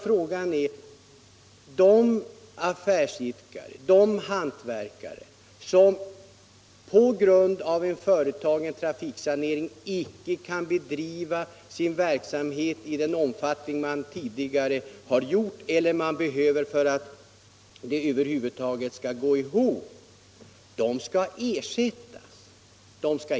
Frågan är om de affärsidkare, de hantverkare som på grund av en företagen trafiksanering inte kan bedriva sin verksamhet i den omfattning de tidigare har gjort eller kan få rörelsen att gå ihop skall ersättas.